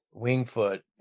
Wingfoot